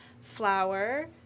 flour